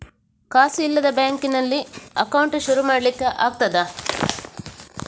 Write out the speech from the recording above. ಕಾಸು ಇಲ್ಲದ ಬ್ಯಾಂಕ್ ನಲ್ಲಿ ಅಕೌಂಟ್ ಶುರು ಮಾಡ್ಲಿಕ್ಕೆ ಆಗ್ತದಾ?